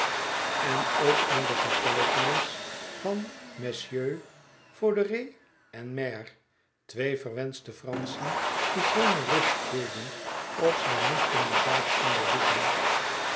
en ook aan de getuigenis van messieurs foderé en mere twee verwenschte franschen die geene rust hielden of zij moesten de zaak onderzoeken